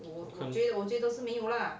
mm 我看 leh